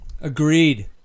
Agreed